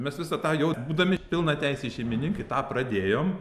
mes visą tą jau būdami pilnateisiai šeimininkai tą pradėjom